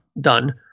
done